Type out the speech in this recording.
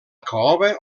caoba